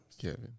Kevin